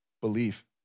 Believe